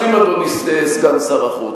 אדוני סגן שר החוץ.